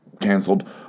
canceled